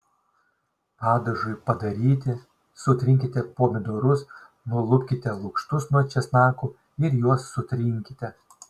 padažui padaryti sutrinkite pomidorus nulupkite lukštus nuo česnakų ir juos sutrinkite